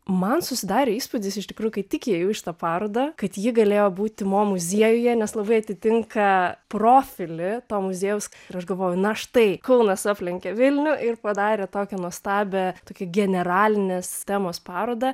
man susidarė įspūdis iš tikrųjų kai tik įėjau į šitą parodą kad ji galėjo būti mo muziejuje nes labai atitinka profilį to muziejaus ir aš galvoju na štai kaunas aplenkė vilnių ir padarė tokią nuostabią tokią generalinės temos parodą